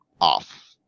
off